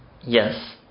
Yes